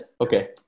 okay